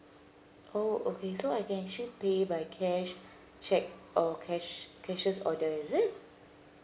oh okay so I can actually pay by cash cheque or cash cashier's order is it